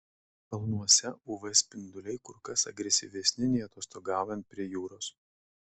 kalnuose uv spinduliai kur kas agresyvesni nei atostogaujant prie jūros